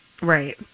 Right